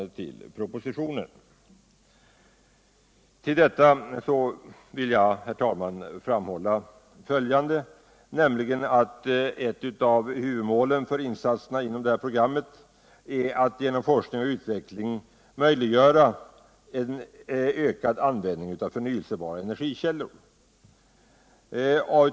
Till detta vill jag. herr talman, framhålla följande. Ett av huvudmålen för insatserna inom det här programmet är att genom forskning och utveckling möjliggöra en ökad användning av förnyelsebara energikällor.